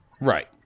Right